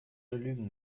lügen